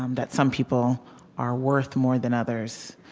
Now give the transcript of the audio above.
um that some people are worth more than others,